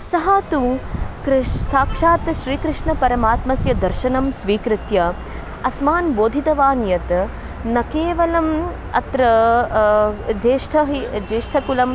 सः तु कृष् साक्षात् श्रीकृष्णपरमात्मनः दर्शनं स्वीकृत्य अस्मान् बोधितवान् यत् न केवलम् अत्र ज्येष्ठः हि ज्येष्ठकुलम्